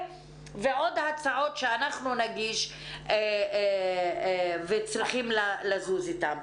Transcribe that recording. ועוד הצעות שאנחנו נגיש וצריכים לזוז איתם.